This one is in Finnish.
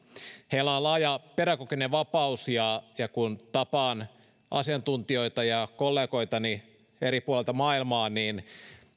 on laaja pedagoginen vapaus ja ja kun tapaan asiantuntijoita ja kollegoitani eri puolilta maailmaa